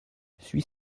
suis